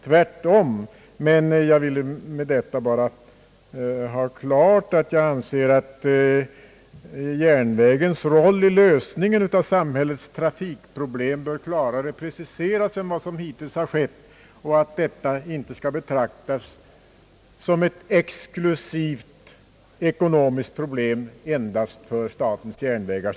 Tvärtom. Men jag ville med detta bara förklara att jag anser att järnvägens roll vid lösningen av samhällets trafikproblem bör preciseras klarare än vad som hittills skett och att detta inte skall betraktas som ett exklusivt problem som endast rör statens järnvägar.